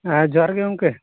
ᱦᱮᱸ ᱡᱚᱦᱟᱨ ᱜᱮ ᱜᱚᱢᱠᱮ